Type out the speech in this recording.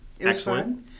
excellent